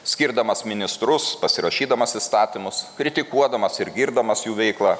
skirdamas ministrus pasirašydamas įstatymus kritikuodamas ir girdamas jų veiklą